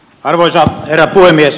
arvoisa herra puhemies